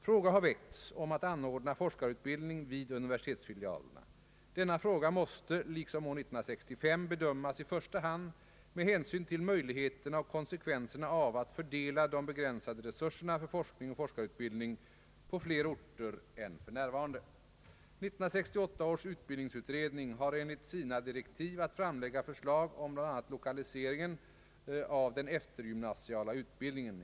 Fråga har väckts om att anordna forskarutbildning vid universitetsfilialerna. Denna fråga måste — liksom år 1965 — bedömas i första hand med hänsyn till möjligheterna och konsekvenserna av att fördela de begränsade resurserna för forskning och forskarutbildning på fler orter än för närvarande. 1968 års utbildningsutredning har enligt sina direktiv att framlägga förslag om bl.a. lokaliseringen av den eftergymnasiala utbildningen.